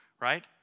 right